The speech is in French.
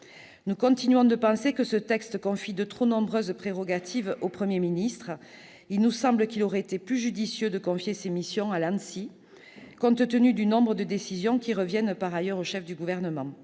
Nous continuons de penser que ce texte confie de trop nombreuses prérogatives au Premier ministre. Il nous aurait semblé plus judicieux de confier ces missions à l'ANSSI, compte tenu du nombre de décisions revenant par ailleurs au chef du Gouvernement.